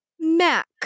Mac